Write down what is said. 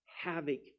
havoc